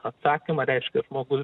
atsakymą reiškia žmogus